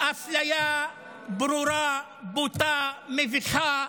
אפליה ברורה, בוטה, מביכה.